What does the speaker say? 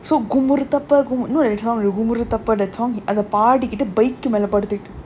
so gummara tappara gummuru you know that song gummara tappara that song அத பாடிகிட்டு:atha paadikittu bike மேல படுத்துட்டு:mela paduthuttu